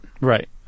Right